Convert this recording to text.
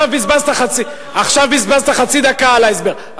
עכשיו בזבזת חצי דקה על ההסבר.